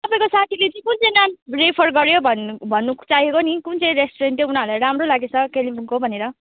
तपाईँको साथीले चाहिँ कुन चाहिँ नाम रेफर गऱ्यो भन्नु भन्नु चाहेको नि कुन चाहिँ रेस्टुरेन्ट चाहिँ उनीहरूलाई राम्रो लागेछ कालिम्पोङको भनेर